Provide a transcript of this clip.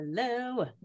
hello